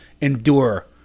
endure